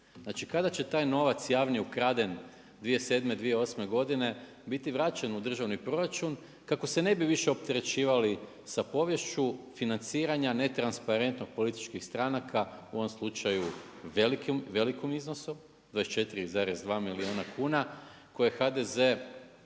Znači kada će taj novac javni, ukraden 2007., 2008. godine biti vraćen u državni proračun kako se ne bi više opterećivali sa poviješću financiranja netransparentno političkih stranaka u ovom slučaju, u velikom iznosu 24,2 milijuna kuna koje je